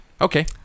Okay